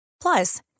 Plus